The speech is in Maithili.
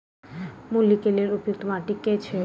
मूली केँ लेल उपयुक्त माटि केँ छैय?